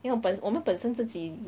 因为我本我们本身自己